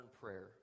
prayer